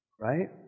Right